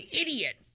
idiot